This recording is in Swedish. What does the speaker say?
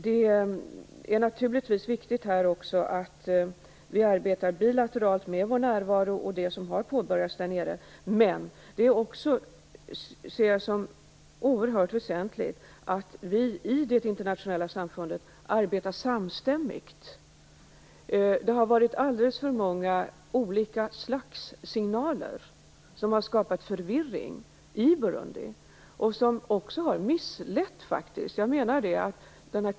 Det är naturligtvis också viktigt att vi arbetar bilateralt med vår närvaro och det som har påbörjats där nere. Men jag ser det också som oerhört väsentligt att vi arbetar samstämmigt i det internationella samfundet. Det har varit alldeles för många olika signaler som har skapat förvirring i Burundi. De har också misslett människor.